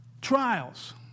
trials